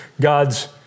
God's